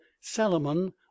salomon